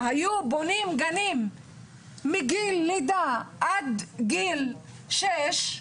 היו בונים גנים מגיל לידה עד גיל שש,